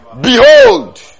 Behold